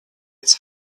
its